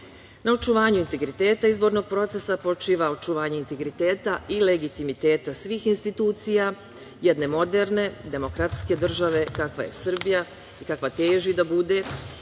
na očuvanju integriteta izbornog procesa počiva očuvanje integriteta i legitimiteta svih institucija jedne moderne demokratske države kakva je Srbija i kakva teži da bude